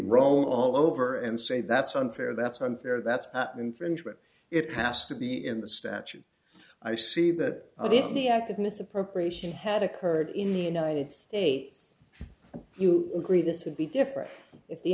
roam all over and say that's unfair that's unfair that's an infringement it has to be in the statute i see that of it in the act of misappropriation had occurred in the united states and you agree this would be different if the